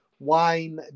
wine